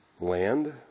land